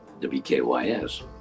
WKYS